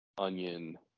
onion